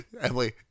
Emily